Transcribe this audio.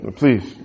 please